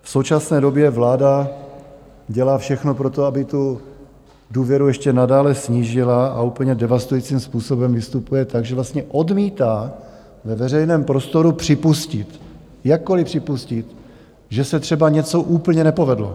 V současné době vláda dělá všechno pro to, aby důvěru ještě nadále snížila, a úplně devastujícím způsobem vystupuje tak, že vlastně odmítá ve veřejném prostoru připustit, jakkoliv připustit, že se třeba něco úplně nepovedlo.